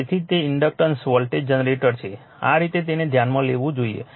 તેથી જ તે ઇન્ડક્ટન્સ વોલ્ટેજ જનરેટર છે આ રીતે તેને ધ્યાનમાં લેવું જોઈએ